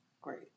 Great